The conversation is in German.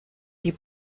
die